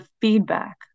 feedback